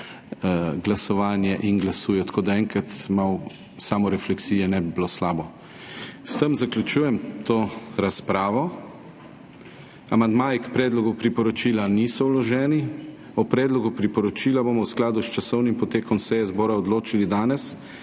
glasovanje in glasujejo. Tako da enkrat malo samorefleksije ne bi bilo slabo. S tem zaključujem to razpravo. Amandmaji k Predlogu priporočila niso vloženi. O Predlogu priporočila bomo v skladu s časovnim potekom seje zbora odločili danes